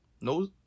no